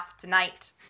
tonight